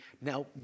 now